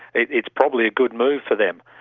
it's probably a good move for them.